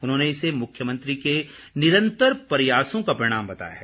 उन्होंने इसे मुख्यमंत्री के निरंतर प्रयासों का परिणाम बताया है